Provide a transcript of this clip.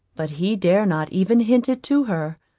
but he dare not even hint it to her,